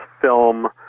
film